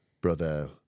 brother